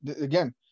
again